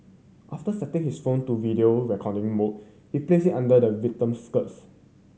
after setting his phone to video recording mode he placed it under the victim's skirts